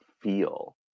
feel